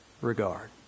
regard